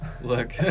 look